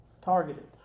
Targeted